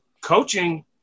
coaching